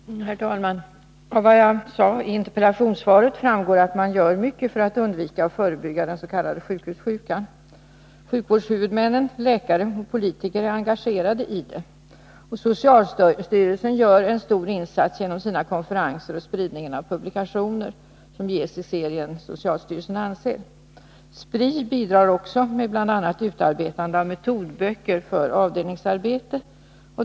Herr talman! Av vad jag sade i interpellationssvaret framgår att man gör mycket för att undvika och förebygga den s.k. sjukhussjukan. Sjukvårdshuvudmän, läkare och politiker är engagerade i detta. Socialstyrelsen gör en stor insats genom sina konferenser och genom spridningen av publikationer som ges ut i serien Socialstyrelsen Anser. SPRI bidrar också, bl.a. genom utarbetande av metodböcker för avdelningsarbetet.